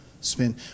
spin